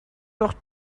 doch